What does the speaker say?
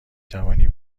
توانی